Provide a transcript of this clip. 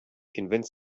convince